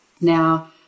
Now